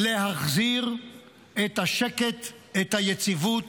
להחזיר את השקט, את היציבות,